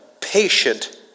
patient